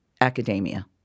academia